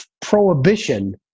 prohibition